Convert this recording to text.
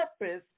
purpose